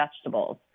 vegetables